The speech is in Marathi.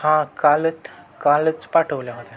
हां कालत कालच पाठवल्या होत्या